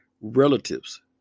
relatives